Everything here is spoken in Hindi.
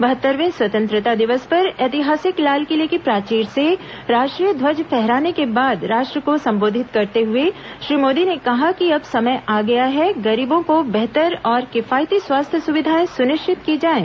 बहत्तरवें स्वतंत्रता दिवस पर ऐतिहासिक लालकिले की प्राचीर से राष्ट्रीय ध्वज फहराने के बाद राष्ट्र को संबोधित करते हुए श्री मोदी ने कहा कि अब समय आ गया है गरीबों को बेहतर और किफायती स्वास्थ्य सुविधाएं सुनिश्चित की जाएं